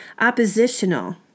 oppositional